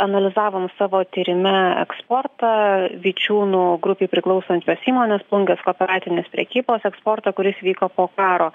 analizavom savo tyrime eksportą vičiūnų grupei priklausančios įmonės plungės kooperatinės prekybos eksportą kuris vyko po karo